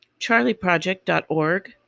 charlieproject.org